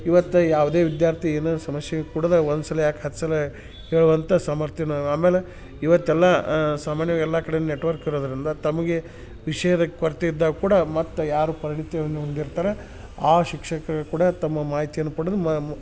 ಇವತ್ತು ಯಾವುದೇ ವಿದ್ಯಾರ್ಥಿ ಏನಾರ ಸಮಸ್ಯೆಗೆ ಕುಡದ ಒಂದ್ಸಲ ಯಾಕೆ ಹತ್ತು ಸಲ ಯಾ ಕೇಳುವಂಥ ಸಾಮಾರ್ಥ್ಯನ ಆಮೇಲೆ ಇವತ್ತೆಲ್ಲಾ ಸಾಮಾನ್ಯವಾಗಿ ಎಲ್ಲಾ ಕಡೆಯಲ್ಲು ನೆಟ್ವರ್ಕ್ ಇರೋದರಿಂದ ತಮಗೆ ವಿಷಯದ ಕೊರತೆ ಇದ್ದಾಗ ಕೂಡ ಮತ್ತು ಯಾರು ಪರಿಣಿತಿಯನ್ನು ಹೊಂದಿರ್ತಾರೆ ಆ ಶಿಕ್ಷಕರು ಕೂಡ ತಮ್ಮ ಮಾಹಿತಿಯನ್ನು ಪಡೆದು ಮಾ ಮು